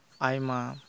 ᱟᱭᱢᱟ